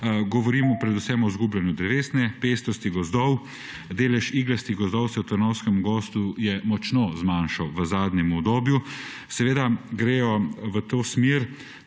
Govorim predvsem o izgubljanju drevesne pestrosti gozdov. Delež iglastih gozdov se je v Trnovskem gozdu močno zmanjšal v zadnjem obdobju. Seveda gre v to smer